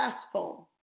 successful